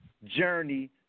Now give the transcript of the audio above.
journey